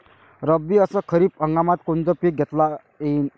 रब्बी अस खरीप हंगामात कोनचे पिकं घेता येईन?